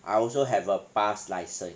I also have a bus license